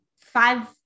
five